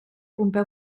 pompeu